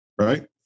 Right